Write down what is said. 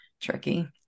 tricky